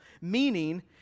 meaning